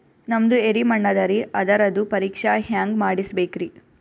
ನಮ್ದು ಎರಿ ಮಣ್ಣದರಿ, ಅದರದು ಪರೀಕ್ಷಾ ಹ್ಯಾಂಗ್ ಮಾಡಿಸ್ಬೇಕ್ರಿ?